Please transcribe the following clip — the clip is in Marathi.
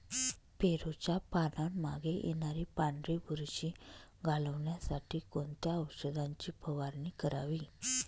पेरूच्या पानांमागे येणारी पांढरी बुरशी घालवण्यासाठी कोणत्या औषधाची फवारणी करावी?